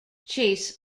chase